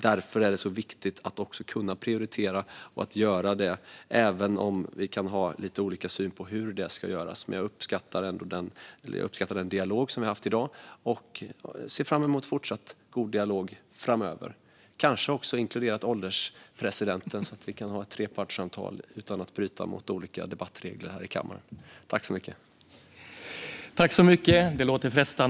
Därför är det så viktigt att kunna prioritera och att också göra det, även om vi kan ha lite olika syn på hur det ska göras. Men jag uppskattar den dialog vi har haft i dag och ser fram emot fortsatt god dialog framöver - kanske också inkluderat ålderspresidenten, så att vi kan ha ett trepartssamtal utan att bryta mot olika debattregler här i kammaren.